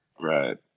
Right